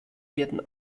werden